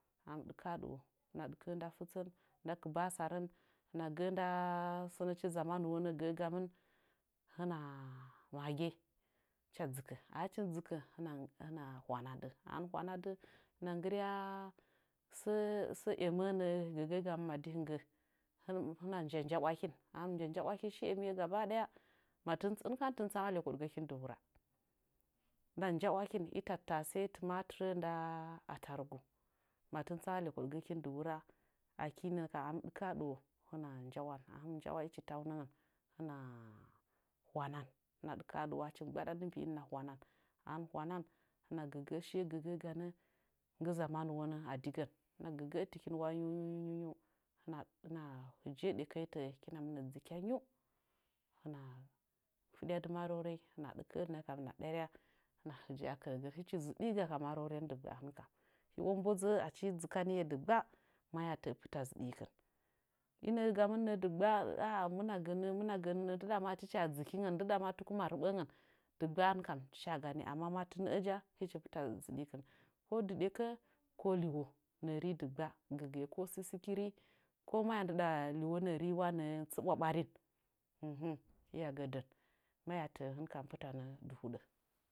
Hɨna ɗɨkə'ə nda fɨtsən nda kɨbasa rən hɨna gə'ə nda sənəchi zamanuw nənə'ə gəgamɨn hɨna maggi hɨcha dzɨkə achim dzɨkə hɨna hɨna hwanedi a hɨnin hwanadɨ hɨna nggɨrya səə səə emə'nə'əa gəgəgamɨn adi hɨngə ama njanj a'wakin ahɨn mɨ njanja iwakɨn shi emiyenəə gaba daya matin hɨnkam tɨn tsama le koɗgəkɨn dɨ wura hɨna nja'wakin i tattase i tematire nda ataruk ma tɨn tsama lekoɗgəkɨn dɨ wura aki nə kam ahim ɗekə a ɗuwo hɨna nja'wan a hin mi njalwa chitau nəngən a hɨn hwa na hɨna ɗɨkə a ɗɨwo achim gbaɗa dɨ mbiin hɨna hwanan a hɨn mɨ hwanan hɨna gəgə'ə shiye gə gəganə nggɨ zamanu wonə a digən hɨna gəgətɨkin wa nyin nyil nyiu hɨna hɨna hɨjəə ɗekənyi təə hɨkina dzɨkya nyiu hɨna fɨdyad marorenyi hɨna ɗɨkə nəkam hɨna ɗarya hɨna hɨje a kɨrəgən hɨchi zɨɗiga ka moreren digba hɨn kam hio mbodzə'ə achi dzɨkaniye digba maya tə'ə pɨta zɨɗikɨn inəə gamɨn nəə dɨggba aah hɨmɨna gə nəə hɨmɨna gə nəə ndɨɗa ma tɨcha dzɨkingən ndɨɗa ma tuku ma resəngən dɨggba hɨn kam tɨcha gani amma matɨ nəəja hɨchi pita zɨɗikɨn ko dɨ ɗekə ko liwo nə'ə re dɨggba gəgɨye ko sisiki re ko maya ndɨɗa liwo nəə rewa nə'ə tsɨɓwa ɓarin hɨya gə dɨn maya tə'ə hɨn kam pɨtanə dɨ huɗə